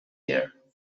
year